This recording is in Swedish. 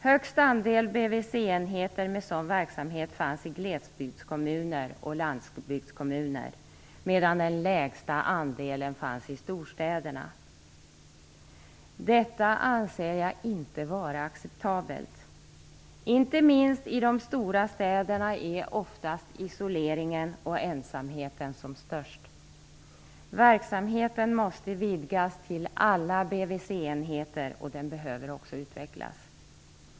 Högst andel BVC-enheter med sådan verksamhet fanns i glesbygdskommuner och landsbygdskommuner, medan den lägsta andelen fanns i storstäderna. Detta anser jag inte vara acceptabelt. I de stora städerna är isoleringen och ensamheten oftast som störst. Verksamheten måste vidgas till alla BVC enheter, och den behöver också utvecklas.